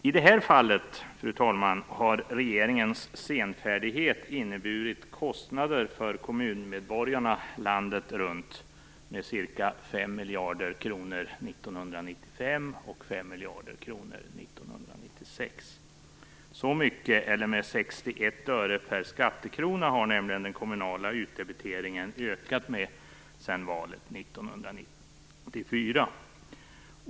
I det här fallet, fru talman, har regeringens senfärdighet inneburit kostnader för kommunmedborgarna landet runt med ca 5 miljarder kronor 1995 och 5 miljarder kronor 1996. Så mycket, eller med 61 öre per skattekrona, har nämligen den kommunala utdebiteringen ökat med sedan valet 1994.